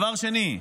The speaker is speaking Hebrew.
דבר שני,